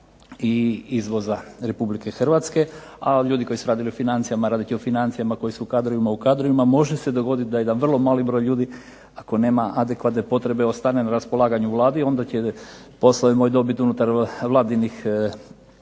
i izvoza Republike Hrvatske. A ljudi koji su radili u financijama radit će u financijama, koji su u kadrovima, u kadrovima. Može se dogoditi da jedan vrlo mali broj ljudi ako nema adekvatne potrebe ostane na raspolaganju u Vladi onda će poslove moći dobiti unutar vladinih